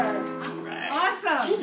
Awesome